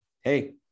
hey